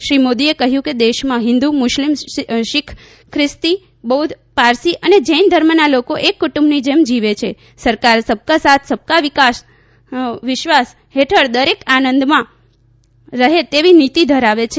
શ્રી મોદીએ કહ્યું કે દેશમાં હિન્દુ મુસ્લીમ શીખ ખ્રીસ્તી બૌધ્ધ પારસી અને જૈન ધર્મના લોકો એક કુટુંબની જેમ જીવે છે સરકાર સબકા સાથ સબકા વિશ્વાસ હેઠળ દરેક આનંદમાં રહે તેવી નીતી ધરાવે છે